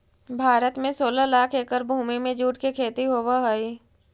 भारत में सोलह लाख एकड़ भूमि में जूट के खेती होवऽ हइ